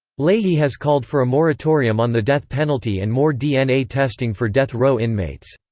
leahy has called for a moratorium on the death penalty and more dna testing for death row inmates.